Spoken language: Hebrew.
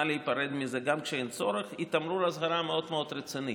להיפרד מזה גם כשאין צורך היא תמרור מאוד מאוד רציני,